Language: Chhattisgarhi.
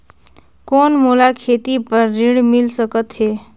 कौन मोला खेती बर ऋण मिल सकत है?